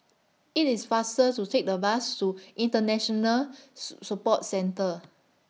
IT IS faster to Take The Bus to International Support Centre